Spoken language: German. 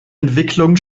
entwicklungen